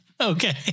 Okay